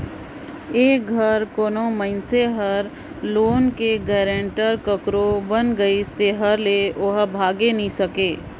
एक धाएर कोनो मइनसे हर लोन कर गारंटर काकरो बइन गइस तेकर ओ भागे नी सके